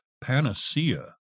panacea